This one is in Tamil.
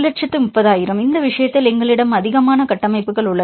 130000 இந்த விஷயத்தில் எங்களிடம் அதிகமான கட்டமைப்புகள் உள்ளன